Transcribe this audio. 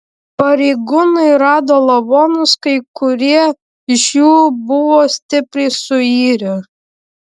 pareigūnai rado lavonus kai kurie iš jų buvo stipriai suirę